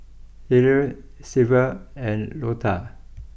Harrell Sylva and Lota